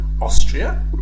Austria